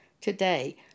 today